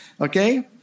okay